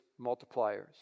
multipliers